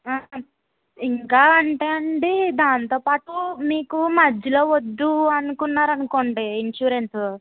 ఆ ఇంకా అంటే అండి దానితో పాటు మీకు మధ్యలో వద్దు అనుకున్నారనుకోండి ఇన్సూరెన్స్